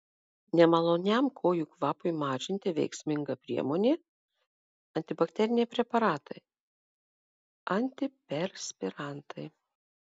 nemaloniam kojų kvapui mažinti veiksminga priemonė antibakteriniai preparatai antiperspirantai